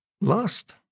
lust